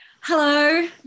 Hello